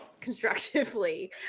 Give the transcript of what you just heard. constructively